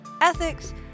ethics